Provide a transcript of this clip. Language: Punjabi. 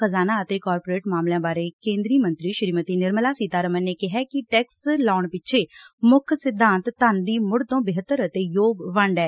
ਖਜ਼ਾਨਾ ਅਤੇ ਕਾਰਪੋਰੇਟ ਮਾਮਲਿਆਂ ਬਾਰੇ ਕੇਦਰੀ ਮੰਤਰੀ ਸ੍ਰੀਮਤੀ ਨਿਰਮਲਾ ਸੀਤਾਰਮਨ ਨੇ ਕਿਹੈ ਕਿ ਟੈਕਸ ਲਾਉਣ ਪਿੱਛੇ ਮੁੱਖ ਸਿਧਾਂਤ ਧਨ ਦੀ ਮੁੜ ਤੋਂ ਬਿਹਤਰ ਅਤੇ ਯੋਗ ਵੰਡ ਐ